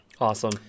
Awesome